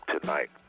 tonight